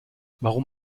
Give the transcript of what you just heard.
warum